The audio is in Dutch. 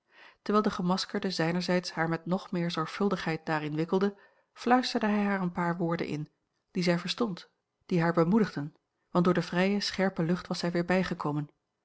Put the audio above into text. terwijl de gemaskerde zijnerzijds haar met nog meer zorgvuldigheid daarin wikkelde fluisterde hij haar een paar woorden in die zij verstond die haar bemoedigden want door de vrije scherpe lucht was zij weer bijgekomen